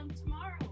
tomorrow